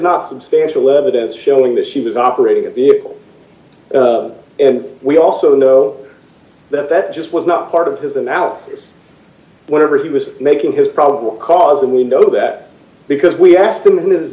not substantial evidence showing that she was operating d a vehicle and we also know that that just was not part of his analysis whenever he was making his problem because and we know that because we asked him and his